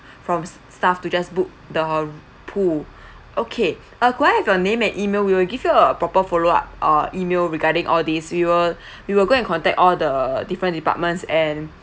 from staff to just book the pool okay uh could I have your name and email we will give you a proper follow up or email regarding all these we will we will go and contact all the different departments and